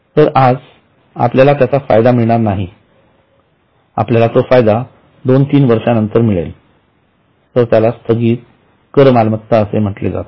तर आज आपल्याला त्याचा फायदा मिळणार नाही आपल्याला तो फायदा दोन तीन वर्षानंतर मिळेल तर त्याला स्थगीत कर मालमत्ता म्हटले जाते